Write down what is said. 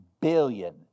billion